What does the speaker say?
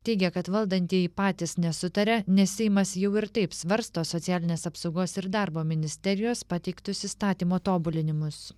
teigia kad valdantieji patys nesutaria nes seimas jau ir taip svarsto socialinės apsaugos ir darbo ministerijos pateiktus įstatymo tobulinimus